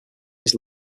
his